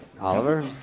Oliver